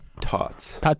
tots